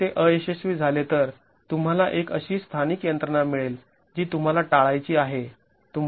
जर ते अयशस्वी झाले तर तुम्हाला एक अशी स्थानिक यंत्रणा मिळेल जी तुम्हाला टाळायची आहे